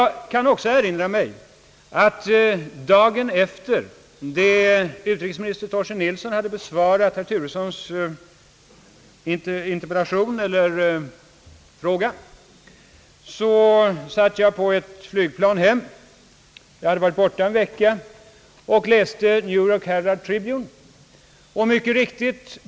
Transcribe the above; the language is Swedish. Jag kommer även ihåg att jag dagen efter det att utrikesminister Torsten Nilsson hade besvarat herr Turessons fråga satt på ett flygplan. Jag hade varit borta en vecka och läste då New York Herald Tribune.